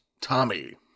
Tommy